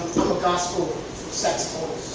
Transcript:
gospel saxophonist.